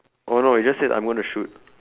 oh no it just says I'm going to shoot